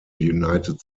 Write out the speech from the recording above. united